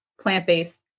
plant-based